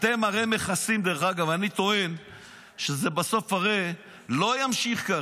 דרך אגב, אני טוען שהרי בסוף זה לא ימשיך כך.